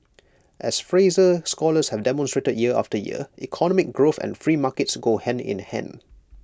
as Fraser scholars have demonstrated year after year economic growth and free markets go hand in hand